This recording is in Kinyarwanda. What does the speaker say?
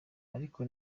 ariko